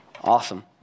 Awesome